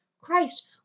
Christ